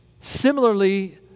similarly